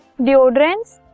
deodorants